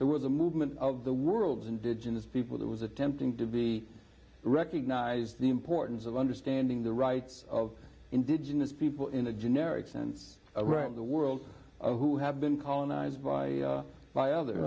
there was a movement of the world's indigenous people that was attempting to be recognized the importance of understanding the rights of indigenous people in a generic sense around the world who have been colonized by by other